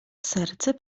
serce